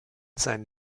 seinen